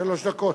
שלוש דקות.